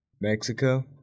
Mexico